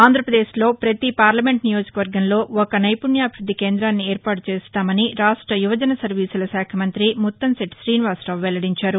ఆంధ్రాపదేశ్లో ప్రపతి పార్లమెంట్ నియోజక వర్గంలో ఒక నైపుణ్యాభివృద్ది కేందాన్ని ఏర్పాటు చేస్తామని రాష్ట యువజన సర్వీసుల శాఖ మంతి ముత్తంశెట్టి శ్రీనివాసరావు వెల్లడించారు